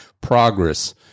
progress